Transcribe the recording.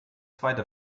zweite